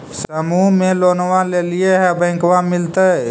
समुह मे लोनवा लेलिऐ है बैंकवा मिलतै?